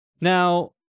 now